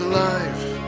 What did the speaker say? life